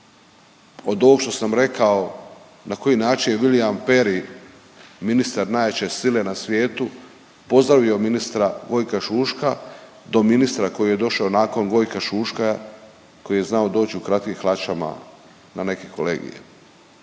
od ovog što sam rekao na koji je način William Perry, ministar najjače sile na svijetu pozdravio ministra Gojka Šuška do ministra koji je došao nakon Gojka Šuška koji je znao doći u kratkim hlačama na neki kolegij.